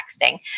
texting